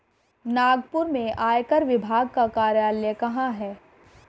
नागपुर में आयकर विभाग का कार्यालय कहाँ है?